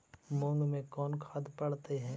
मुंग मे कोन खाद पड़तै है?